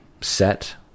set